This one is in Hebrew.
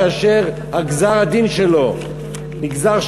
כאשר גזר-הדין שלו נגזר,